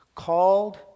Called